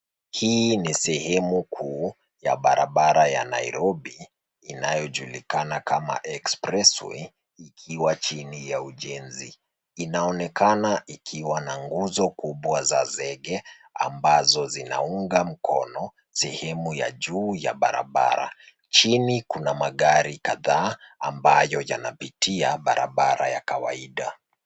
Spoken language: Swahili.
Hii ni sehemu kuu ya barabara ya Nairobi, inayojulikana kama express way ikiwa chini ya ujenzi. Inaonekana ikiwa na nguzo kubwa za zege, ambazo zinaunga mkono sehemu ya juu ya barabara. Chini kuna magari kadhaa, ambayo yanapitia barabara ya kawaida.